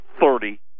thirty